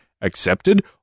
accepted